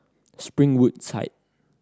Springwood